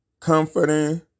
comforting